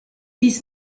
dies